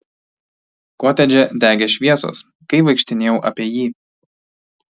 kotedže degė šviesos kai vaikštinėjau apie jį